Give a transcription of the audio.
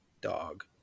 dog